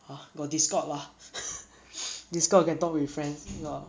a goddess scott lah this kind of 跟 talk with friends you are